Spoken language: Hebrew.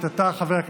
התשנ"ד 1994,